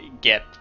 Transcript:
get